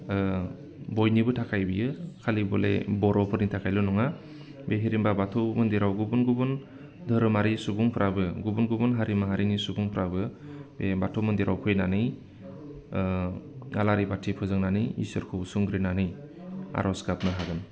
बयनिबो थाखाय बियो खालि बले बे बर'फोरनि थाखायल' नङा बे हिरिमबा बाथौ मन्दिराव गुबुन गुबुन धोरोमारि सुबुंफ्राबो गुबुन गुबुन हारि माहारिनि सुबुंफ्राबो बे बाथौ मन्दिराव फैनानै आलारि बाथि फोजोंनानै इसोरखौ सुंग्रिनानै आर'ज गाबनो हागोन